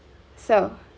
so